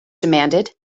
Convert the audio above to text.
demanded